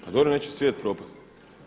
Pa dobro neće svijet propasti.